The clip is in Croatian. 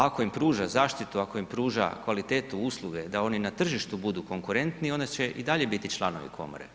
Ako im pruža zaštitu, ako im pruža kvalitetu usluge da oni na tržištu budu konkurentni, oni će i dalje biti članovi komore.